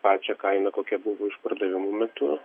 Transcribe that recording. pačią kainą kokia buvo išpardavimų metu